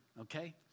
Okay